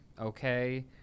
okay